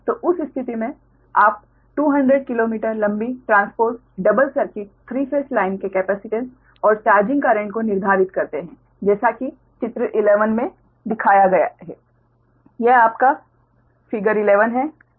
तो उस स्थिति में आप 200 किलोमीटर लंबी transposed double circuit 3 phase line के कैपेसिटेन्स और चार्जिंग करेंट को निर्धारित करते हैं जैसा कि चित्र 11 में दर्शाया गया है यह आपका फिगर 11 है